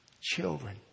children